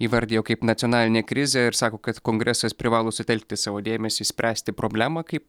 įvardijo kaip nacionalinę krizę ir sako kad kongresas privalo sutelkti savo dėmesį spręsti problemą kaip